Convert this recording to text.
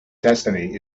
destiny